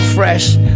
Fresh